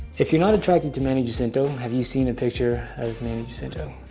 if you're not attracted to manny jacinto, have you seen a picture of manny jacinto?